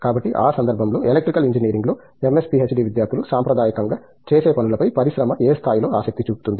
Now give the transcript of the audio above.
కాబట్టి ఆ సందర్భంలో ఎలక్ట్రికల్ ఇంజనీరింగ్లో ఎంఎస్ పీహెచ్డీ విద్యార్థులు సాంప్రదాయకంగా చేసే పనులపై పరిశ్రమ ఏ స్థాయిలో ఆసక్తి చూపుతుంది